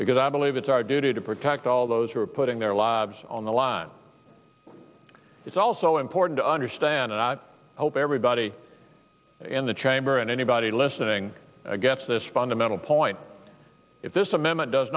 because i believe it's our duty to protect all those who are putting their lives on the line it's also important to understand and i hope everybody in the chamber and anybody listening gets this fundamental point if this amendment does